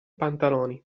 pantaloni